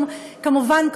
כמובן,